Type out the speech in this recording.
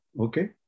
Okay